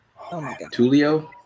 Tulio